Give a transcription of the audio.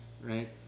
right